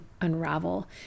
unravel